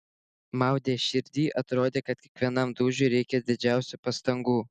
maudė širdį atrodė kad kiekvienam dūžiui reikia didžiausių pastangų